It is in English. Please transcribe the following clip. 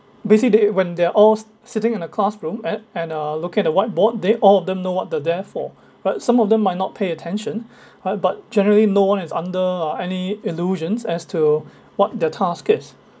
basically when they're all sitting in a classroom at and uh looking at the whiteboard they all of them know what they are there for but some of them might not pay attention uh but generally no one is under uh any illusions as to what their task is